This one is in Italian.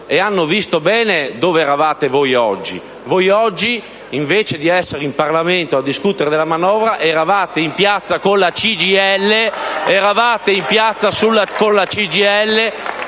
e hanno visto bene dove eravate voi oggi. Voi oggi, invece di essere in Parlamento a discutere della manovra, eravate in piazza con la CGIL...